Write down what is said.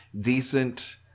decent